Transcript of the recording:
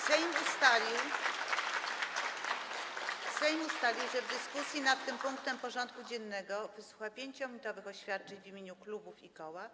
Sejm ustalił, że w dyskusji nad tym punktem porządku dziennego wysłucha 5-minutowych oświadczeń w imieniu klubów i koła.